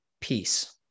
peace